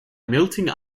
melting